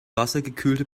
wassergekühlte